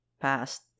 past